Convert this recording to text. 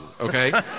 okay